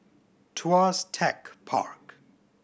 Tuas Tech Park